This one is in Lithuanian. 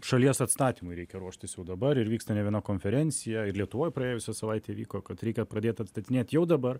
šalies atstatymui reikia ruoštis jau dabar ir vyksta ne viena konferencija ir lietuvoj praėjusią savaitę vyko kad reikia pradėt atstatinėt jau dabar